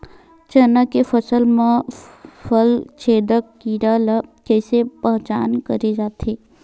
चना के फसल म फल छेदक कीरा ल कइसे पहचान करे जाथे?